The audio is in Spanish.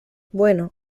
bueno